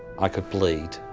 i could bleed.